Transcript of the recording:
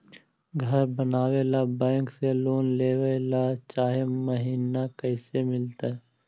घर बनावे ल बैंक से लोन लेवे ल चाह महिना कैसे मिलतई?